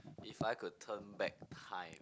if I could turn back time